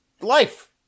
life